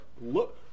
look